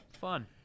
Fun